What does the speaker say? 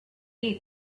you